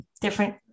different